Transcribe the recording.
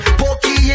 pokey